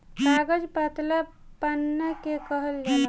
कागज पतला पन्ना के कहल जाला